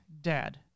Dad